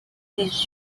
les